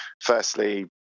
firstly